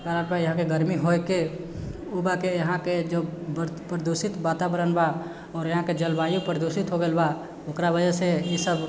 गर्मी होइके उबाके इहाँके जे प्रदूषित वातावरण बा आओर इहाँके जलवायु प्रदूषित हो गेल बा ओकरा वजहसँ ईसब